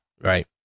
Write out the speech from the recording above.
Right